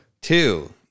Two